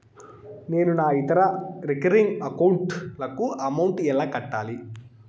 నేను నా ఇతర రికరింగ్ అకౌంట్ లకు అమౌంట్ ఎలా కట్టాలి?